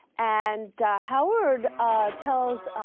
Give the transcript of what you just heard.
and howard tells